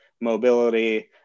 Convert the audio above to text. mobility